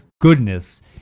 goodness